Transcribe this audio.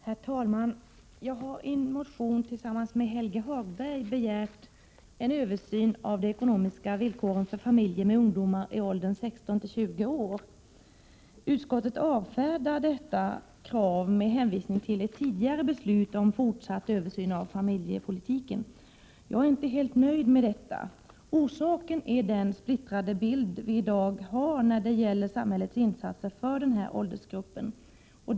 Herr talman! Jag har i en motion tillsammans med Helge Hagberg begärt en översyn av de ekonomiska villkoren för familjer med ungdomar i åldern 16-20 år. Utskottet avfärdar kravet med hänvisning till ett tidigare beslut om fortsatt översyn av familjepolitiken. Jag är inte helt nöjd med detta. Orsaken är den splittrade bild vi i dag har när det gäller samhällets insatser för den här åldersgruppen.